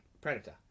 predator